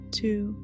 two